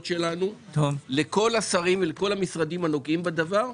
שלנו לכל השרים ולכל המשרדים הנוגעים בדבר,